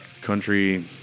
country